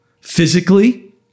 physically